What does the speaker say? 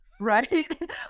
right